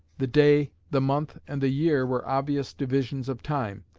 the day, the month, and the year were obvious divisions of time,